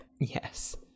yes